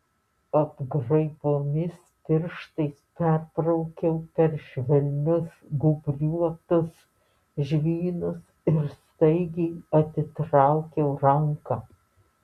apgraibomis pirštais perbraukiau per švelnius gūbriuotus žvynus ir staigiai atitraukiau ranką